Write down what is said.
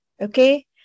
okay